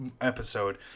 episode